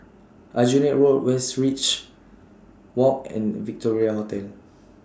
Aljunied Road Westridge Walk and Victoria Hotel